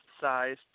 size